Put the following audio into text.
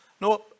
No